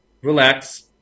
relax